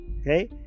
Okay